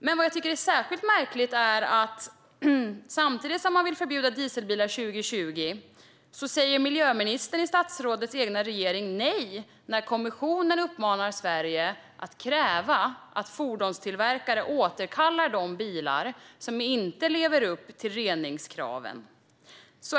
Men samtidigt som man vill förbjuda dieselbilar 2020 säger miljöministern i statsrådets egen regering nej när kommissionen uppmanar Sverige att kräva att fordonstillverkare återkallar de bilar som inte lever upp till reningskraven. Detta tycker jag är särskilt märkligt.